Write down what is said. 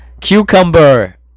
Cucumber